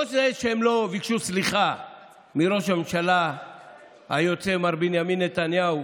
לא זה שהם לא ביקשו סליחה מראש הממשלה היוצא מר בנימין נתניהו